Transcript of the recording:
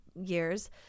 years